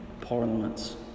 parliaments